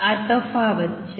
આ તફાવત છે